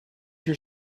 your